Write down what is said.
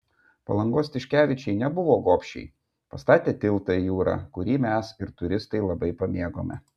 palangos tiškevičiai nebuvo gobšiai pastatė tiltą į jūrą kurį mes ir turistai labai pamėgome